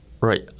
right